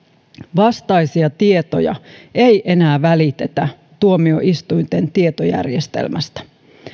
vastaisia tietoja ei enää välitetä tuomioistuinten tietojärjestelmästä